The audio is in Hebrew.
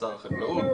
כלומר החלב והביצים,